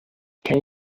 can